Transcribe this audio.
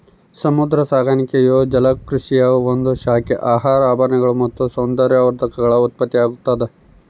ಸಮುದ್ರ ಸಾಕಾಣಿಕೆಯು ಜಲಕೃಷಿಯ ಒಂದು ಶಾಖೆ ಆಹಾರ ಆಭರಣಗಳು ಮತ್ತು ಸೌಂದರ್ಯವರ್ಧಕಗಳ ಉತ್ಪತ್ತಿಯಾಗ್ತದ